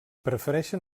prefereixen